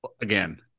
Again